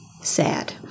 sad